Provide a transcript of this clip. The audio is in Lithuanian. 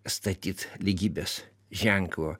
statyt lygybės ženklo